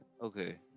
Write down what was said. Okay